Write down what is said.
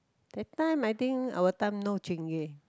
that time I think our time no Chingay